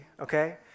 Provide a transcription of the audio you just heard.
okay